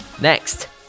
Next